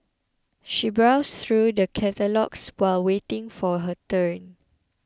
she browsed through the catalogues while waiting for her turn